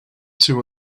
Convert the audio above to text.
two